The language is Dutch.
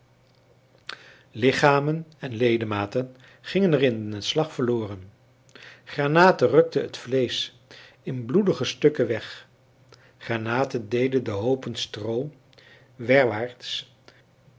lichamen en ledematen gingen er in den slag verloren granaten rukten het vleesch in bloedige stukken weg granaten deden de hoopen stroo werwaarts